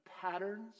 patterns